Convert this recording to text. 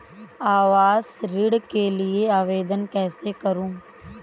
आवास ऋण के लिए आवेदन कैसे करुँ?